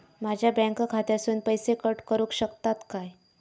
माझ्या बँक खात्यासून पैसे कट करुक शकतात काय?